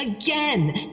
again